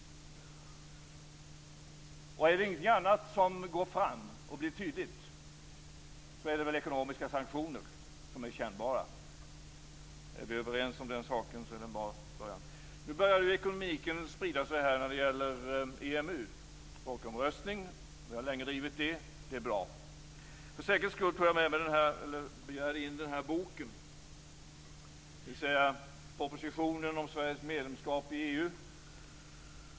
Om inte någonting annat går fram och blir tydligt måste väl ekonomiska sanktioner som är kännbara gå fram. Om vi är överens om den saken är det en bra början. Nu börjar ekumeniken sprida sig här när det gäller EMU. Det är bra. Vi har ju länge drivit krav på en folkomröstning. För säkerhets skull begärde jag in den bok som jag har här, dvs. propositionen om Sveriges medlemskap i EU.